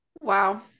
Wow